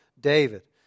David